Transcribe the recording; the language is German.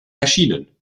erschienen